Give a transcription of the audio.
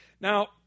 Now